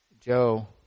Joe